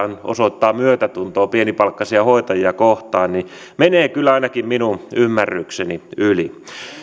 osoittaa myötätuntoa pienipalkkaisia hoitajia kohtaan menee kyllä ainakin minun ymmärrykseni yli